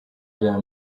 bya